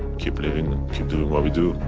keep living, keep doing what we do.